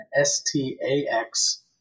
S-T-A-X